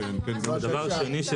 דבר שני,